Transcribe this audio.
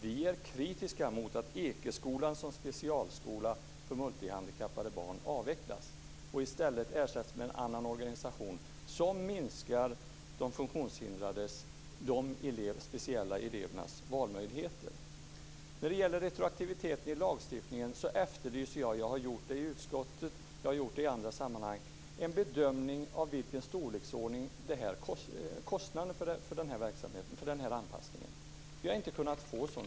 Vi är kritiska mot att Ekeskolan som specialskola för multihandikappade barn avvecklas och i stället ersätts med en annan organisation som minskar de funktionshindrade elevernas, de speciella elevernas, valmöjligheter. När det gäller retroaktiviteten i lagstiftningen efterlyser jag - jag har gjort det i utskottet och jag har gjort det i andra sammanhang - en bedömning av storleksordningen för kostnaderna för den här anpassningen. Jag har inte kunnat få en sådan.